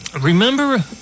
remember